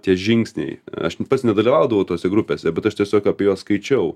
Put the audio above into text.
tie žingsniai aš pats nedalyvaudavau tose grupėse bet aš tiesiog apie juos skaičiau